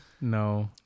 No